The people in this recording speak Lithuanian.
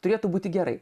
turėtų būti gerai